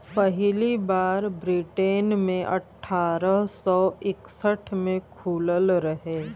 पहली बार ब्रिटेन मे अठारह सौ इकसठ मे खुलल रहे